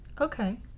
Okay